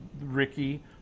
Ricky